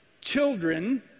children